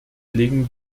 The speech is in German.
legen